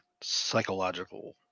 psychological